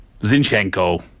Zinchenko